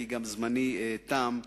כי גם זמני תם.